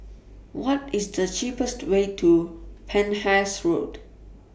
What IS The cheapest Way to Penhas Road